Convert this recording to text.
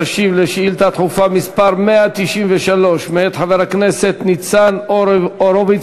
תשיב על שאילתה דחופה מס' 193 מאת חבר הכנסת ניצן הורוביץ